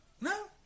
No